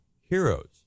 heroes